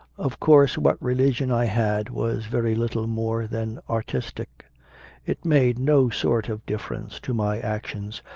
of course what religion i had was very little more than artistic it made no sort of difference to my actions,